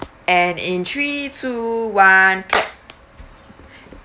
and in three two one clap